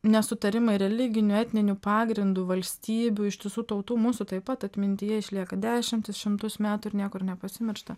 nesutarimai religiniu etniniu pagrindu valstybių ištisų tautų mūsų taip pat atmintyje išlieka dešimtis šimtus metų ir niekur nepasimiršta